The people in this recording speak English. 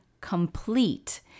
complete